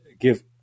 give